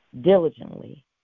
diligently